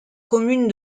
commune